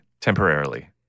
temporarily